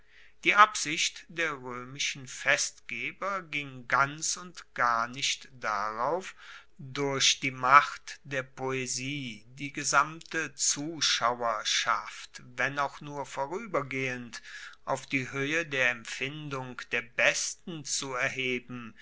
die absicht der roemischen festgeber ging ganz und gar nicht darauf durch die macht der poesie die gesamte zuschauerschaft wenn auch nur voruebergehend auf die hoehe der empfindung der besten zu erheben